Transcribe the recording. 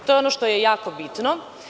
To je ono što je jako bitno.